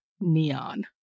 neon